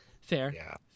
Fair